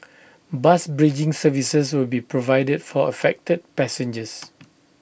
bus bridging services will be provided for affected passengers